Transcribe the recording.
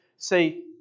Say